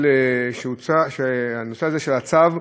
של הצו,